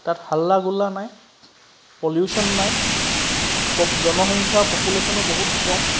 তাত হাল্লা গোল্লা নাই পল্যুশ্যন নাই জনসংখ্যা পপুলেশ্যনো বহুত কম